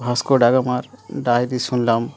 Vasco ডাগামার diary শুনলাম